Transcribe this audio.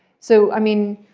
so i mean